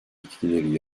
etkileri